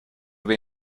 have